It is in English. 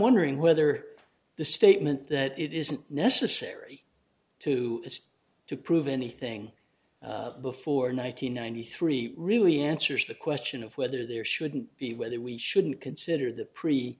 wondering whether the statement that it isn't necessary to is to prove anything before nine hundred ninety three really answers the question of whether there shouldn't be whether we shouldn't consider the